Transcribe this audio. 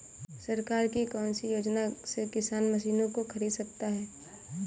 सरकार की कौन सी योजना से किसान मशीनों को खरीद सकता है?